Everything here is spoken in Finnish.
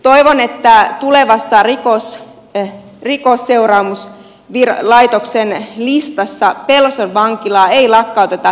toivon että tulevassa rikos ei rikosseuraamus viedä laitoksen niistä rikosseuraamuslaitoksen listassa pelson vankilaa ei lakkauteta